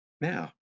Now